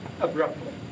abruptly